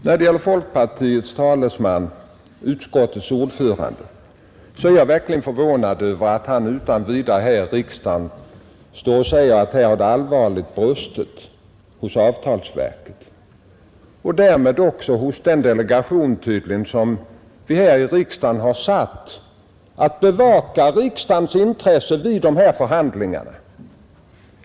När det gäller folkpartiets talesman, utskottets ordförande, är jag verkligen förvånad över att han utan vidare här i kammaren står och säger, att det har allvarligt brustit hos avtalsverket — och därmed tydligen också hos den delegation som vi har satt att bevaka riksdagens intressen vid förhandlingarna.